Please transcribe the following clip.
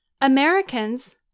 Americans